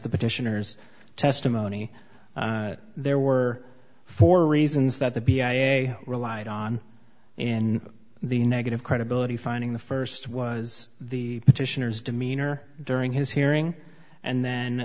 the petitioners testimony there were four reasons that the relied on and the negative credibility finding the first was the petitioners demeanor during his hearing and then